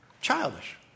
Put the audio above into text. Childish